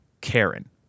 Karen